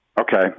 Okay